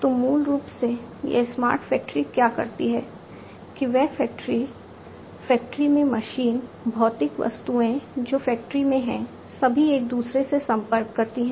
तो मूल रूप से यह स्मार्ट फैक्ट्री क्या करती है कि वह फैक्ट्री फैक्ट्री में मशीन भौतिक वस्तुएं जो फैक्ट्री में हैं सभी एक दूसरे से संपर्क करती हैं